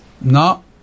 no